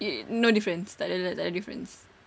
no difference tak ada tak ada difference